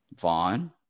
Vaughn